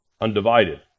undivided